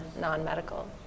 non-medical